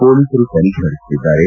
ಪೊಲೀಸರು ತನಿಖೆ ನಡೆಸುತ್ತಿದ್ದಾರೆ